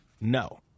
No